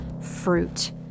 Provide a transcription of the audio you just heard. fruit